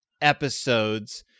episodes